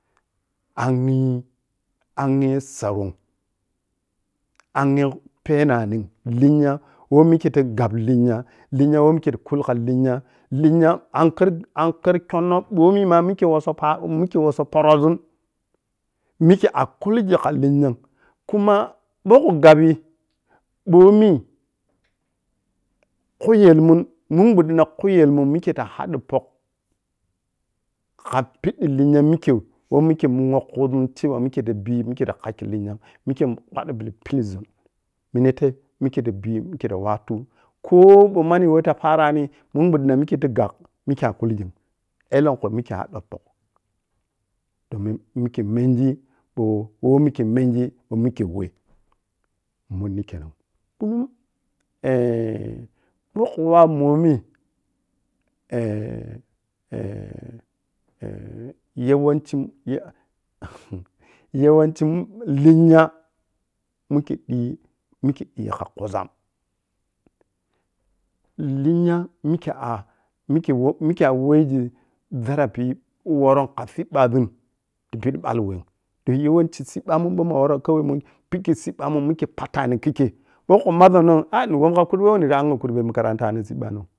Anghi-anghi saron, anghi penamim kha lenya wei mikke ta gab lenya, lenya wei mikke ta kulgi kha lenya, lenya ang kerang ke-kyonno mɓomina mikke wosso paro mikke wosso porozun mikke akulgi kha lenyam kuma ɓou khu gabbii ɓomi khu yelmun min ɓuddina khu yelmun ƌan hadi pok kha piddi lenya mikke wei mikke munkwo kuzun cewa mikke ta bii mikke ta kakkyu lenya mun mikke paddi biƌi pilgizun minetei mikkeye bii mikke ta wattu ko ɓou nanmwei ta parani mun ɓuddina mikkke gakh mikke akulgim elonkhu mikke aɓok ɓok domin mikke menji ɓou wol mikke menji ma mikke nweh monni kenan nbunum ɓou khu wai ɓomi yawancin-yawa yawancin lenya ikke digi mikke kan ka khuzzam lenya mikke’a mike who mike aweji zarapi worom kasiɓɓazum tipidi balwem toh yawanci siɓɓamum ɓou ma woro kauye mun pikkei siɓɓamum mikke paƌ tam kikke bou kho mazzenun o nu angijem kha kurbe wei nira angwu kurɓe makarantano sibbano